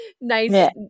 nice